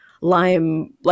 lime